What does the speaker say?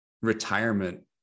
retirement